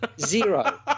Zero